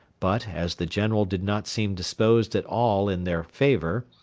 but, as the general did not seem disposed at all in their favour,